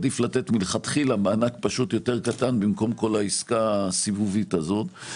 עדיף לתת מלכתחילה לתת מענק יותר קטן מאשר כל העסקה הסיבובית הזו.